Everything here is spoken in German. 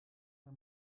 mir